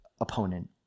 opponent